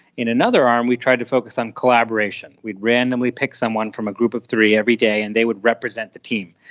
in another arm we tried to focus on collaboration. we'd randomly pick someone from a group of three every day and they would represent the team,